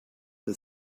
the